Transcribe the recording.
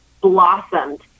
blossomed